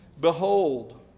Behold